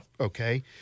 Okay